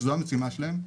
שזו המשימה שלהם?